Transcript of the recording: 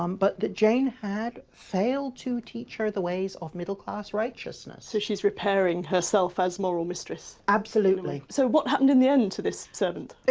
um but that jane had failed to teach her the ways of middle-class righteousness. so she's repairing herself as moral mistress? absolutely. so what happened in the end to this servant?